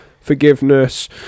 forgiveness